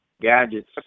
gadgets